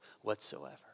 whatsoever